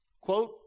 Quote